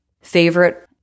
favorite